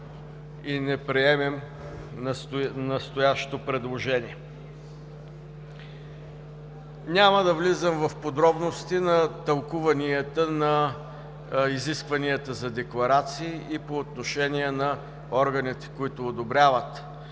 и не приемем настоящото предложение. Няма да влизам в подробности на тълкуванията на изискванията за декларации и по отношение на органите, които одобряват